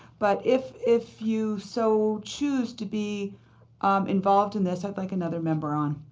but if if you so choose to be um involved in this, i'd like another member on.